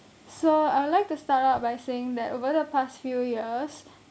so I'd like to start out by saying that over the past few years